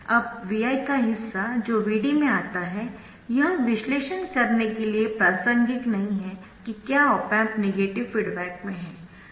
अब Vi का हिस्सा जो Vd में आता है यह विश्लेषण करने के लिए प्रासंगिक नहीं है कि क्या ऑप एम्प नेगेटिव फीडबैक में है